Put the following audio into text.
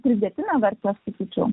pridėtinę vertę sakyčiau